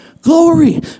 glory